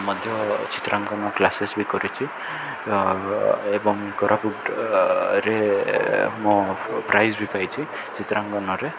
ମଧ୍ୟ ଚିତ୍ରାଙ୍କନ କ୍ଲାସେସ୍ ବି କରିଛି ଏବଂ କୋରାପୁଟରେ ମୁଁ ପ୍ରାଇଜ୍ ବି ପାଇଛି ଚିତ୍ରାଙ୍କନରେ